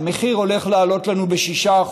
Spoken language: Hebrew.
המחיר הולך לעלות לנו ב-6%,